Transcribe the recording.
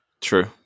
True